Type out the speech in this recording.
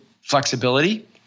flexibility